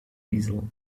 diesel